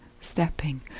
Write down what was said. stepping